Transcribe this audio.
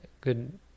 good